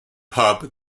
pub